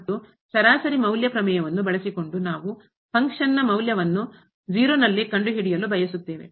ಮತ್ತು ಸರಾಸರಿ ಮೌಲ್ಯ ಪ್ರಮೇಯವನ್ನು ಬಳಸಿಕೊಂಡು ನಾವು ಫಂಕ್ಷನ್ ನಕಾರ್ಯದ ಮೌಲ್ಯವನ್ನು ನಲ್ಲಿ ಕಂಡು ಹಿಡಿಯಲು ಬಯಸುತ್ತೇವೆ